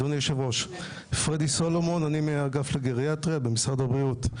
פרדי סלומון מאגף הגריאטריה במשרד הבריאות.